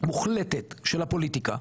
מוחלטת של הפוליטיקה,